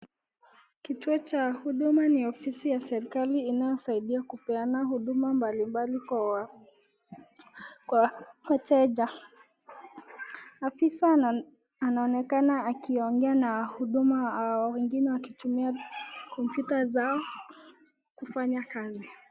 Kituo cha Huduma ni ofisi ya serikali inayosaidia kupeana huduma mbalimbali kwa wateja. Afisa anaonekana akiongea na wahudumu wengine wakitumia computer zao kufanya kazi.